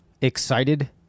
excited